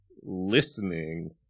listening